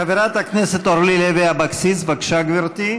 חברת הכנסת אורלי לוי אבקסיס, בבקשה, גברתי,